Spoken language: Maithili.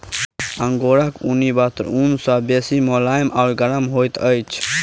अंगोराक ऊनी वस्त्र ऊन सॅ बेसी मुलैम आ गरम होइत अछि